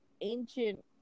ancient